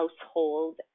household